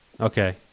Okay